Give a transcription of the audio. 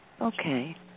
Okay